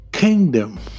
Kingdom